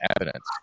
evidence